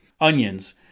Onions